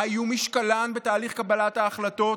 מה יהיו משקלן בתהליך קבלת ההחלטות?